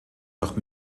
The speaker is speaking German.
noch